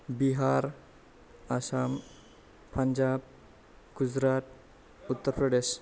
Bihar Assam Punjab Gujarat Uttar Pradesh